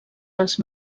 dels